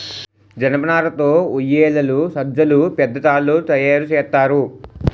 జనపనార తో ఉయ్యేలలు సజ్జలు పెద్ద తాళ్లు తయేరు సేత్తారు